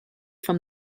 from